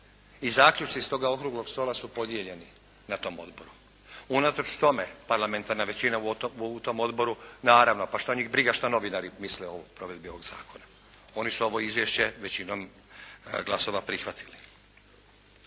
i zaključci s tog okruglog stola su podijeljeni na tom odboru. Unatoč tome parlamentarna većina u tom odboru naravno pa što njih briga što novinari misle o provedbi ovog zakona. Oni su ovo izvješće većinom glasova prihvatili.